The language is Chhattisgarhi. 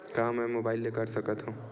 का मै मोबाइल ले कर सकत हव?